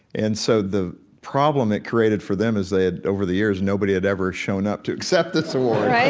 and so the problem it created for them is they had over the years nobody had ever shown up to accept this award.